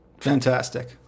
Fantastic